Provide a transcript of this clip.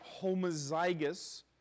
homozygous